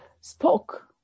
spoke